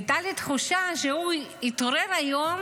והייתה לי תחושה שהוא התעורר היום